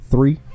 Three